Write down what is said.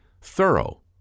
thorough